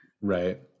right